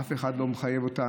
אף אחד לא מחייב אותם.